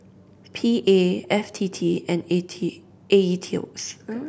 P A F T T and A T A E T O S